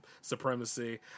supremacy